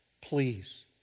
Please